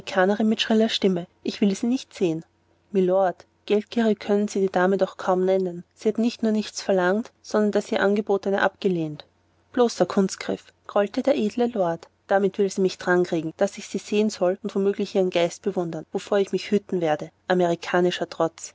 mit schriller stimme ich will sie nicht sehen mylord geldgierig können sie die dame doch kaum nennen sie hat nicht nur nichts verlangt sondern das ihr angebotene abgelehnt bloßer kunstgriff grollte der edle lord damit will sie mich dran kriegen daß ich sie sehen soll und womöglich ihren geist bewundern wovor ich mich wohl hüten werde amerikanischer trotz